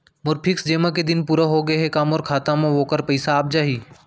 मोर fix जेमा के दिन पूरा होगे हे का मोर खाता म वोखर पइसा आप जाही?